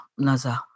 Naza